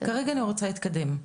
כרגע אני רוצה להתקדם.